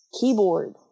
Keyboard